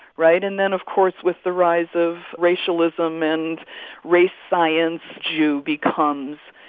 right? and then, of course, with the rise of racialism and race science, jew becomes,